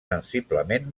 sensiblement